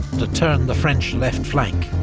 to turn the french left flank.